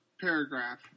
paragraph